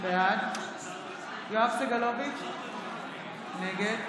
בעד יואב סגלוביץ' נגד